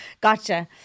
Gotcha